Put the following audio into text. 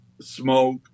smoke